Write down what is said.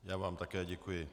Já vám také děkuji.